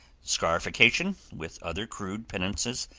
scarification, with other crude penances,